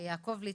יעקב ליצמן,